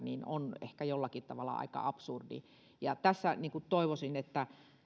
on ehkä jollakin tavalla aika absurdi ja tässä toivoisin että